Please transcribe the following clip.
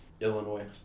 Illinois